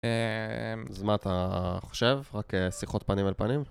אז מה אתה חושב? רק שיחות פנים אל פנים?